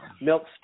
Milk